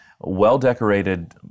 well-decorated